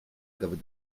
gyfer